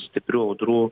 stiprių audrų